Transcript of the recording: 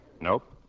Nope